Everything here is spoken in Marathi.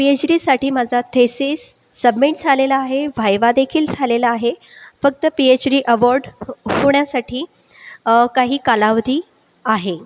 पीएच डीसाठी माझा थेसिस सबमिट झालेला आहे व्हायवादेखील झालेला आहे फक्त पीएच डी अवोर्ड होण्यासाठी काही कालावधी आहे